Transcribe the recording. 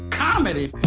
comedy?